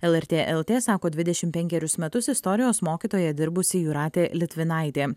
lrt lt sako dvidešimt penkerius metus istorijos mokytoja dirbusi jūratė litvinaitė